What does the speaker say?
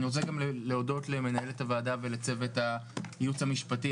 אני רוצה גם להודות למנהלת הוועדה ענת ולצוות הייעוץ המשפטי.